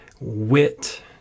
wit